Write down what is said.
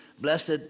Blessed